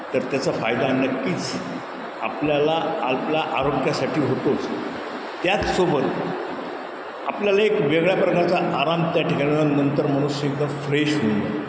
तर त्याचा फायदा नक्कीच आपल्याला आपला आरोग्यासाठी होतोच त्याचसोबत आपल्याला एक वेगळ्या प्रकारचा आराम त्या ठिकाणा नंतर मनुष्य एकदा फ्रेश होऊन